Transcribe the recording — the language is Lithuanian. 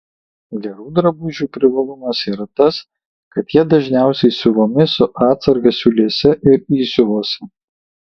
gerų drabužių privalumas yra tas kad jie dažniausiai siuvami su atsarga siūlėse ir įsiuvuose